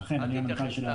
ואתם מדברים על המחיר של